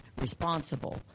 responsible